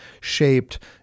shaped